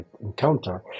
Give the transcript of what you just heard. encounter